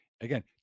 Again